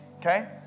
okay